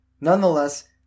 Nonetheless